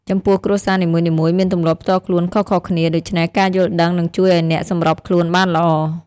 ចំពោះគ្រួសារនីមួយៗមានទម្លាប់ផ្ទាល់ខ្លួនខុសៗគ្នា ដូច្នេះការយល់ដឹងនឹងជួយឲ្យអ្នកសម្របខ្លួនបានល្អ។